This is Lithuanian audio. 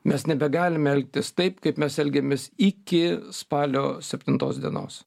mes nebegalime elgtis taip kaip mes elgiamės iki spalio septintos dienos